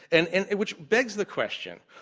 and and which begs the question,